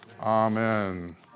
amen